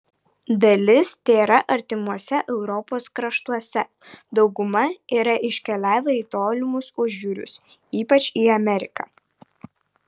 dalis tėra artimuose europos kraštuose dauguma yra iškeliavę į tolimus užjūrius ypač į ameriką